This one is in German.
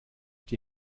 die